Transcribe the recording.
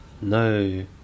no